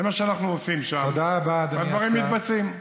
זה מה שאנחנו עושים שם, והדברים מתבצעים.